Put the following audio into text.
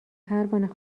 پروانه